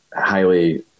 highly